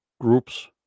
group's